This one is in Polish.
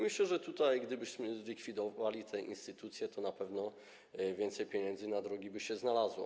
Myślę, że gdybyśmy zlikwidowali te instytucje, to na pewno więcej pieniędzy na drogi by się znalazło.